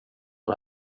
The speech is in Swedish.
det